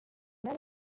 many